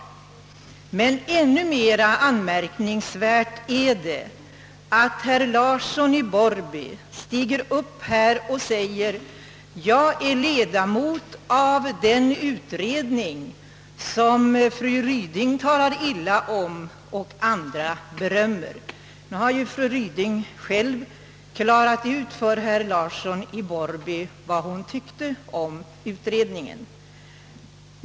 Men än mer anmärkningsvärt är att herr Larsson stiger upp här och säger: Jag är ledamot av den utredning som fru Ryding talar illa om och som andra berömmer. Nu har ju fru Ryding själv gjort klart för herr Larsson vad hon tyckte om utredningen.